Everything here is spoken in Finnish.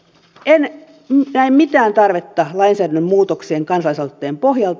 en näe mitään tarvetta lainsäädännön muutokseen kansalaisaloitteen pohjalta